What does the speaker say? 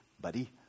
buddy